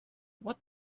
what